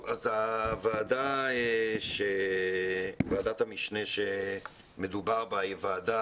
ועדת המשנה שמדובר בה,